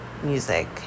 music